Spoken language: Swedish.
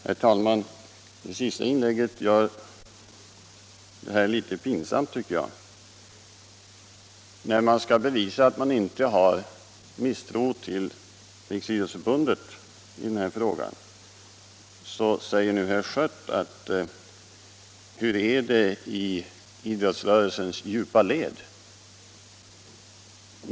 Herr talman! Det senaste inlägget är litet pinsamt, tycker jag. När herr Schött skall bevisa att det inte föreligger någon misstro gentemot Riksidrottsförbundet, säger han nu: Hur är det i idrottsrörelsens djupa led?